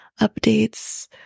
updates